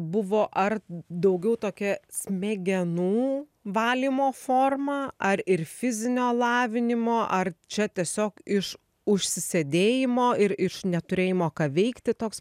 buvo ar daugiau tokia smegenų valymo forma ar ir fizinio lavinimo ar čia tiesiog iš užsisėdėjimo ir iš neturėjimo ką veikti toks